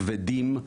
כבדים,